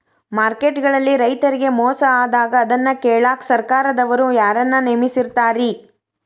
Market ಗಳಲ್ಲಿ ರೈತರಿಗೆ ಮೋಸ ಆದಾಗ ಅದನ್ನ ಕೇಳಾಕ್ ಸರಕಾರದವರು ಯಾರನ್ನಾ ನೇಮಿಸಿರ್ತಾರಿ?